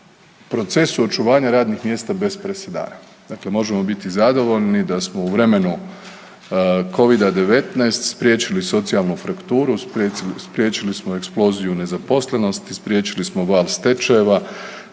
procesu očuvanju radnih mjesta bez presedana. Dakle, možemo biti zadovoljni da smo u vremenu Covida-19 spriječili socijalnu frakturu, spriječili smo eksploziju nezaposlenosti, spriječili smo val stečajeva,